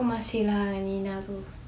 kau masih lah tu